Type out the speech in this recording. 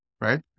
right